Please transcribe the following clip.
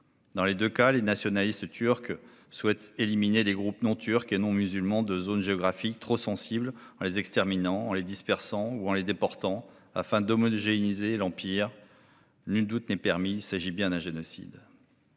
Dans les deux cas, les nationalistes turcs souhaitaient éliminer les groupes non turcs et non musulmans de zones géographiques trop sensibles en les exterminant, en les dispersant ou en les déportant, afin d'homogénéiser l'Empire. Nul doute n'est permis : il s'agit bien d'un génocide.